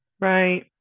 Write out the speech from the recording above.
Right